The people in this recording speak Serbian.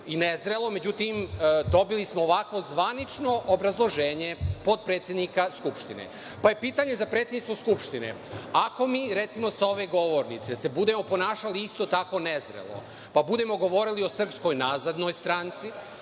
i nezrelo, međutim, dobili smo zvanično obrazloženje potpredsednika Skupštine. Pitanje za predsednicu Skupštine, ako mi, recimo, sa ove govornice se budemo ponašali isto tako nezrelo, pa budemo govorili o „srpskoj nazadnoj stranci“